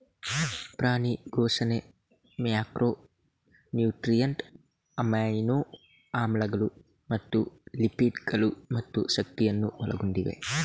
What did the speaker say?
ಪ್ರಾಣಿ ಪೋಷಣೆ macro nutrient, amino ಆಮ್ಲಗಳು ಮತ್ತು ಲಿಪಿಡ್ ಗಳು ಮತ್ತು ಶಕ್ತಿಯನ್ನು ಒಳಗೊಂಡಿವೆ